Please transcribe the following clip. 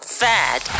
fat